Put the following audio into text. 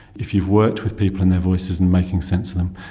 if you've worked with people and their voices and making sense of them,